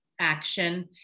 action